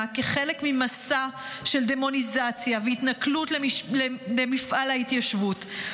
כחלק ממסע של דמוניזציה והתנכלות למפעל ההתיישבות?